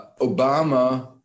Obama